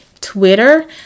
Twitter